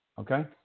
Okay